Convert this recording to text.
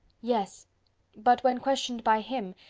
yes but, when questioned by him,